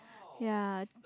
yea